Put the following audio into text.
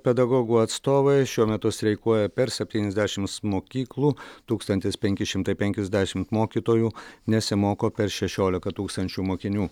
pedagogų atstovai šiuo metu streikuoja per septyniasdešimts mokyklų tūkstantis penki šimtai penkiasdešimt mokytojų nesimoko per šešiolika tūkstančių mokinių